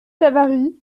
savary